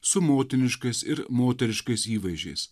su motiniškais ir moteriškais įvaizdžiais